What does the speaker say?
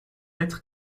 être